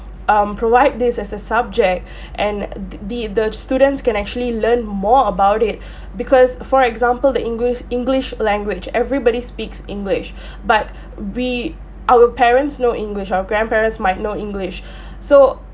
um provide this as a subject and the the students can actually learn more about it because for example the engli~ english language everybody speaks english but be our parents know english our grandparents might know english so